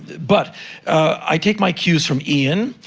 but i take my cues from ian,